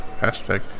Hashtag